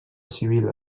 civil